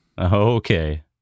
okay